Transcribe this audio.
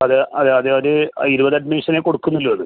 അത് അത് അത് അത് ആ ഇരുപത് അഡ്മിഷനേ കൊടുക്കുന്നുള്ളൂ അത്